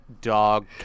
dog